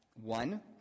One